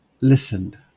listened